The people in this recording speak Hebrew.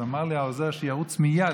אז אמר לי העוזר שלי: רוץ מייד,